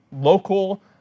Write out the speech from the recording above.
local